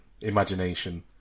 imagination